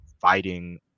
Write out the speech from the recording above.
fighting